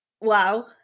wow